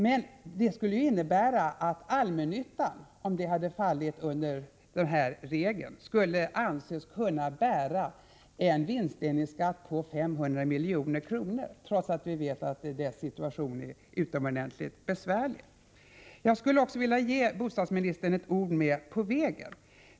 Men det skulle innebära att allmännyttan, om den hade fallit under denna regel, skulle anses kunna bära en vinstdelningsskatt på 500 milj.kr., trots att vi vet att dess situation är utomordentligt besvärlig. Jag skulle vilja ge bostadsministern ett ord på vägen.